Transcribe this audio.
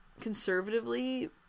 conservatively